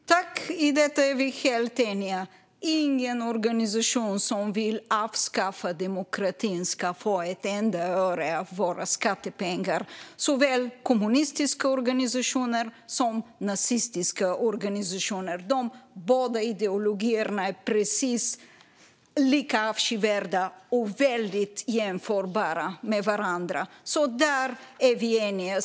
Fru talman! I detta är vi helt eniga: Ingen organisation som vill avskaffa demokratin ska få ett enda öre av våra skattepengar. Det gäller såväl kommunistiska som nazistiska organisationer; båda dessa ideologier är precis lika avskyvärda och väldigt jämförbara med varandra. Där är vi eniga.